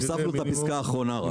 הוספנו את הפסקה האחרונה רק.